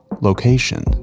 location